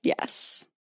Yes